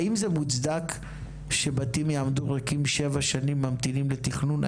האם זה מוצדק שבתים יעמדו ריקים שבע שנים ממתינים לתכנון?